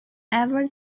ever